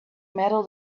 metal